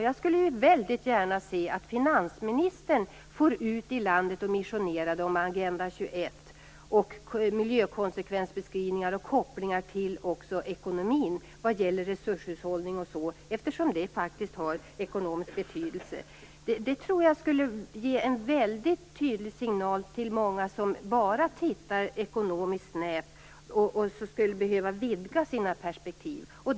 Jag skulle väldigt gärna se att finansministern for ut i landet och missionerade om Agenda 21 och miljökonsekvensbeskrivningar och kopplingar till ekonomin vad gäller resurshushållning. Det har faktiskt ekonomisk betydelse. Jag tror att det skulle ge en mycket tydlig signal till många som bara tittar snävt ekonomiskt och skulle behöva vidga sina perspektiv.